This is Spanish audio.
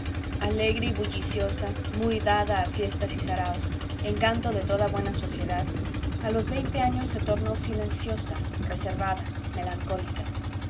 alegro y bulliciosa muy dada a fiestas y saraos encanto de toda buena sociedad a los veinte años se tornó silenciosa reservada melancólica